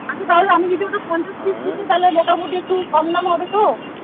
আচ্ছা তাহলে আমি যদি ওটা পঞ্চাশ পিস নিই তাহলে মোটামুটি একটু কম দাম হবে তো